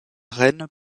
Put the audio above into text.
reine